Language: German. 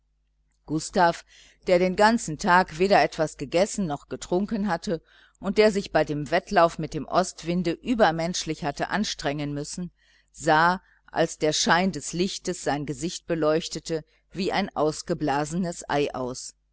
gustav der den ganzen tag weder etwas gegessen noch getrunken hatte und der sich bei dem wettlauf mit dem ostwinde übermenschlich hatte anstrengen müssen sah als der schein des lichtes sein gesicht beleuchtete wie ein ausgeblasenes ei aus